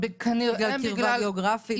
בגלל קרבה גיאוגרפית?